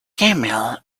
camel